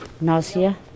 nausea